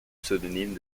pseudonyme